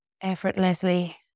effortlessly